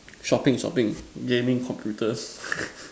shopping shopping gaming computers